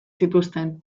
zituzten